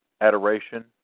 adoration